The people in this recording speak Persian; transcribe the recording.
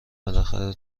بالاخره